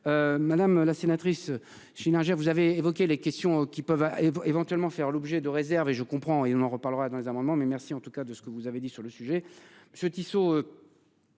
Madame la sénatrice j'nagé vous avez évoqué les questions qui peuvent éventuellement faire l'objet de réserve et je comprends et on en reparlera dans un moment, mais merci en tout cas de ce que vous avez dit sur le sujet